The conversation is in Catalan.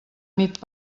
nit